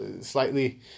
slightly